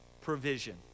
provision